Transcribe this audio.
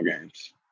games